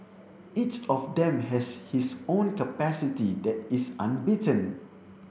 each of them has his own capacity that is unbeaten